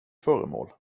föremål